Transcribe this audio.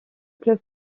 club